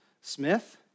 Smith